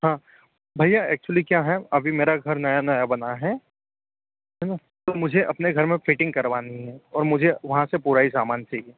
हाँ भैया एक्चुअली क्या है अभी मेरा घर नया नया बना है है ना तो मुझे अपने घर में फ़िटिंग करवानी है और मुझे वहाँ से पूरा ही समान चाहिए